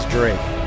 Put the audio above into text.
Drake